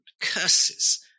curses